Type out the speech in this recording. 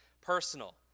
personal